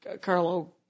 Carlo